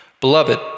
Beloved